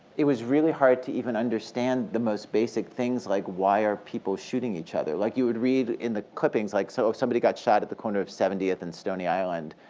it was really hard to even understand the most basic things like, why are people shooting each other? like you would read in the clippings, like so somebody got shot at the corner of seventieth and stony island,